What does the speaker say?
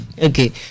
Okay